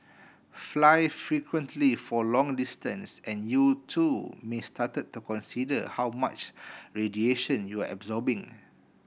fly frequently for long distance and you too may start to consider how much radiation you're absorbing